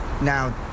now